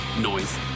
noise